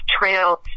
trail